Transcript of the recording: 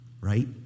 right